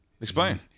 Explain